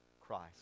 Christ